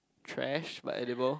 trash but endeavor